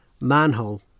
Manhole